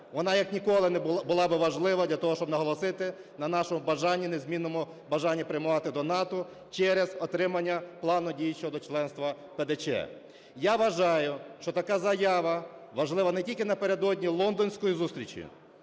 Вона як ніколи була б важлива для того, щоб наголосити на нашому бажанні, незмінному бажанні прямувати до НАТО через отримання Плану дій щодо членства (ПДЧ). Я вважаю, що така заява важлива не тільки напередодні лондонської зустрічі,